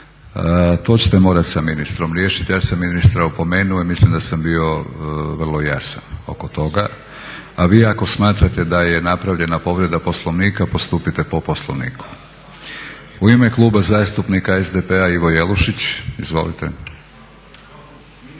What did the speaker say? To ćete morati sa ministrom riješiti, ja sam ministra opomenuo i mislim da sam bio vrlo jasan oko toga. A vi ako smatrate da je napravljena povreda Poslovnika postupite po Poslovniku. U ime Kluba zastupnika SDP-a Ivo Jelušić. Izvolite.